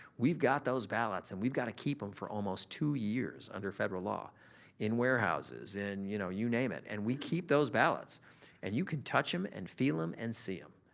we've got those ballots and we've gotta keep em for almost two years under federal law in warehouses, in you know you name it and we keep those ballots and you can touch em and feel em and see em.